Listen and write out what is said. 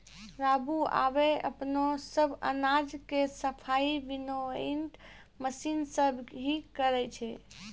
रामू आबॅ अपनो सब अनाज के सफाई विनोइंग मशीन सॅ हीं करै छै